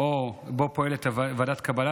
שבו פועלת ועדת קבלה,